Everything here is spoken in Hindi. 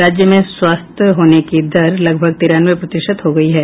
राज्य में स्वस्थ होने की दर लगभग तिरानवे प्रतिशत हो गयी है